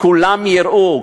כולם יראו,